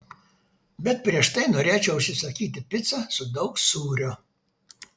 bet prieš tai norėčiau užsisakyti picą su daug sūrio